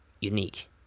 unique